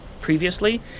previously